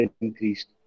increased